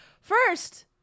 First